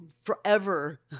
forever